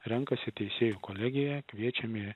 renkasi teisėjų kolegija kviečiami